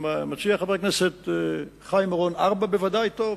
אם מציע חבר הכנסת חיים אורון ארבע, בוודאי טוב.